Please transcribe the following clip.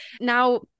Now